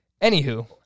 Anywho